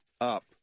up